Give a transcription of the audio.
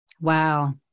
Wow